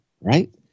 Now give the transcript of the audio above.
Right